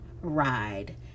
ride